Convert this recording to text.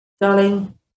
darling